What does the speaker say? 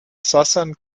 southern